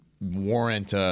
warrant –